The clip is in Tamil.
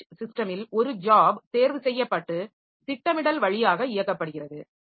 பேட்ச் சிஸ்டமில் ஒரு ஜாப் தேர்வு செய்யப்பட்டு திட்டமிடல் வழியாக இயக்கப்படுகிறது